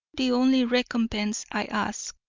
the only recompense i ask.